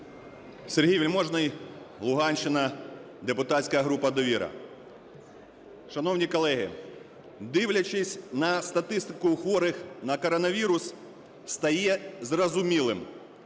Сергій Вельможний, Луганщина, депутатська група "Довіра". Шановні колеги, дивлячись на статистику хворих на коронавірус, стає зрозумілим,